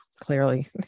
Clearly